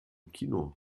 kino